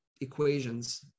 equations